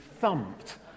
thumped